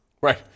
Right